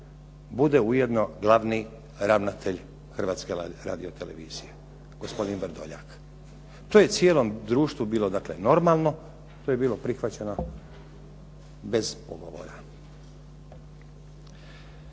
bude ujedno glavni ravnatelj Hrvatske radiotelevizije gospodin Vrdoljak. To je cijelom društvu bilo dakle normalno, to je bilo prihvaćeno bez pogovora.